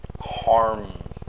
harm